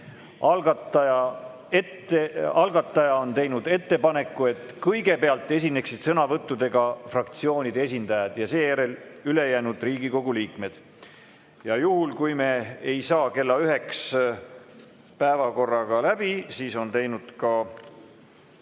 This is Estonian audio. Algataja on teinud ettepaneku, et kõigepealt esineksid sõnavõttudega fraktsioonide esindajad ja seejärel ülejäänud Riigikogu liikmed. Ja juhuks, kui me ei saa kella üheks päevakorraga läbi, on algataja